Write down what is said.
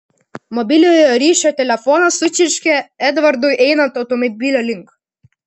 mobiliojo ryšio telefonas sučirškė edvardui einant automobilio link